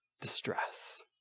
distress